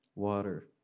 Water